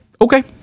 okay